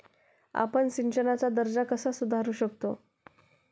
आपण सिंचनाचा दर्जा कसा सुधारू शकतो?